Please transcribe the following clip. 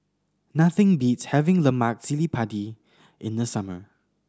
nothing beats having lemak cili padi in the summer